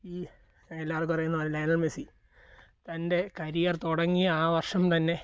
ഈ എല്ലാവർക്കും അറിയുന്നതു പോലെ ലയണൽ മെസ്സി തൻ്റെ കരിയർ തുടങ്ങിയ ആ വർഷം തന്നെ